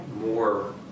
more